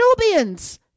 Nubians